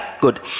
Good